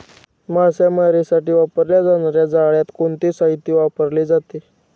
मासेमारीसाठी वापरल्या जाणार्या जाळ्यात कोणते साहित्य वापरले जाते?